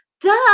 duh